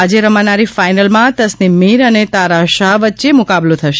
આજે રમાનારી ફાઇનલમાં તસનીમ મીર અને તારા શાહ વચ્ચે મુકાબલો થશે